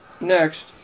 Next